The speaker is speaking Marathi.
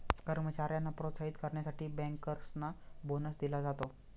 कर्मचाऱ्यांना प्रोत्साहित करण्यासाठी बँकर्सना बोनस दिला जातो